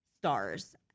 Stars